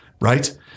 right